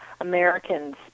Americans